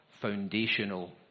foundational